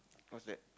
what's that